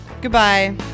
Goodbye